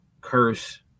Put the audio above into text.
curse